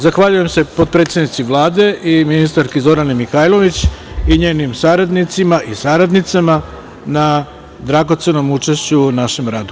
Zahvaljujem se potpredsednici Vlade i ministarki Zorani Mihajlović i njenim saradnicima i saradnicama na dragocenom učešću u našem radu.